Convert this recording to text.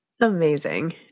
Amazing